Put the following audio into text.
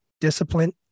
discipline